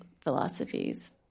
philosophies